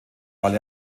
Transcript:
weil